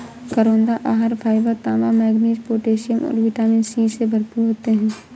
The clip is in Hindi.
करौंदा आहार फाइबर, तांबा, मैंगनीज, पोटेशियम और विटामिन सी से भरपूर होते हैं